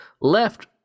left